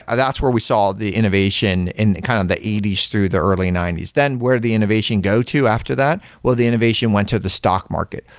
ah that's where we saw the innovation in kind of the eighty s through the early ninety s. then where the innovation go to after that? well, the innovation went to the stock market.